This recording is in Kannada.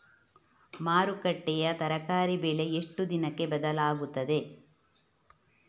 ಮಾರುಕಟ್ಟೆಯ ತರಕಾರಿ ಬೆಲೆ ಎಷ್ಟು ದಿನಕ್ಕೆ ಬದಲಾಗುತ್ತದೆ?